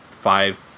five